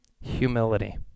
Humility